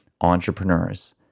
entrepreneurs